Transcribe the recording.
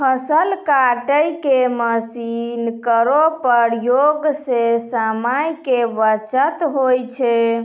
फसल काटै के मसीन केरो प्रयोग सें समय के बचत होय छै